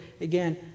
again